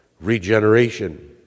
regeneration